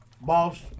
Boss